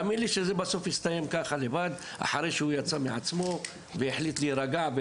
שבן אדם בא וסגר חנייה שלמה,